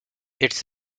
its